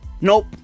nope